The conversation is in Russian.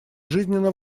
жизненно